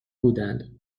بودند